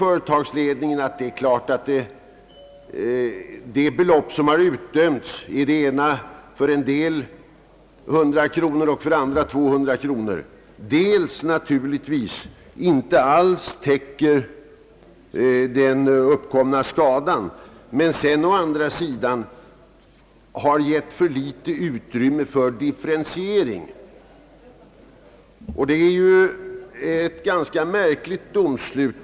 Företagsledningen anser att de belopp som har utdömts, i det ena fallet 100 kronor och i det andra 200 kronor, å ena sidan naturligtvis inte alls täcker den uppkomna skadan men å andra sidan ger för litet utrymme för differentiering. Det är ett ganska märkligt domslut.